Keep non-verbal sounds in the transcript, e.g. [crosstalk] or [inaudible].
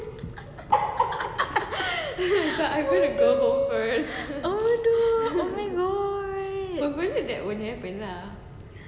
[laughs] [noise] oh no oh my god